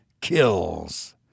kills